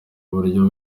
uburyo